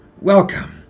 Welcome